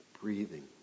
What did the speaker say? breathing